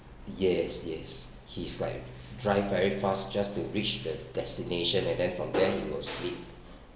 yes yes he's like drive very fast just to reach the destination and then from there he will sleep